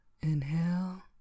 inhale